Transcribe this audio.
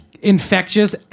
infectious